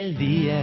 the